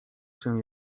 się